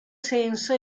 senso